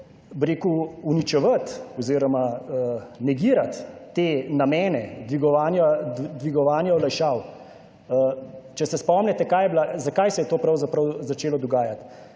rekel, uničevati oziroma negirati te namene dvigovanja olajšav, če se spomnite kaj je bila, zakaj se je to pravzaprav začelo dogajati.